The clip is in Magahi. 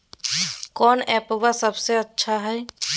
कौन एप्पबा सबसे अच्छा हय?